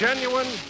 Genuine